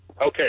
Okay